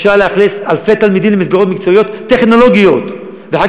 אפשר לאכלס מסגרות מקצועיות טכנולוגיות באלפי תלמידים,